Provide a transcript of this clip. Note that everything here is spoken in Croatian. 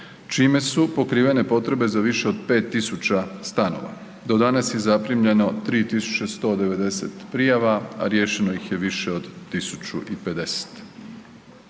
čime su pokrivene potrebe za više od 5.000 stanova, do danas je zaprimljeno 3.190 prijava, a riješeno iz je više od 1.050.